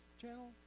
channel